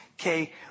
Okay